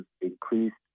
increased